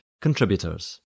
contributors